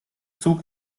zug